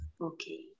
Okay